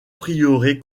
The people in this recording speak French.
prieuré